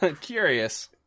Curious